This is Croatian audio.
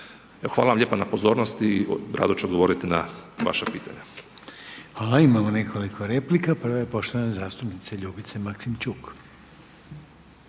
hvala vam lijepa na pozornosti, rado ću odgovoriti na vaša pitanja. **Reiner, Željko (HDZ)** Hvala. Imamo nekoliko replika, prva je poštovana zastupnica Ljubica Maksimčuk.